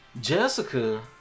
Jessica